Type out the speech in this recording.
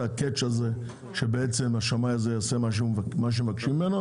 הקאץ' הזה שלמעשה השמאי הזה יעשה מה שמבקשים ממנו